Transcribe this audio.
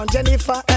Jennifer